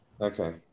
Okay